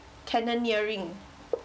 canyoneering